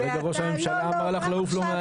כרגע ראש הממשלה אמר לך לעוף לו מהעיניים.